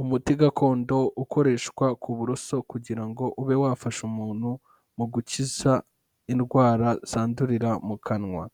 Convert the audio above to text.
Umuti gakondo ukoreshwa ku buroso kugira ngo ube wafasha umuntu mu gukiza indwara zandurira mu kanwa,